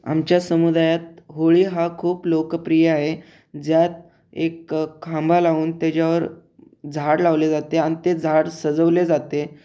आमच्या समुदायात होळी हा खूप लोकप्रिय आहे ज्यात एक खांबा लावून त्याच्यावर झाड लावले जाते आणि ते झाड सजवले जाते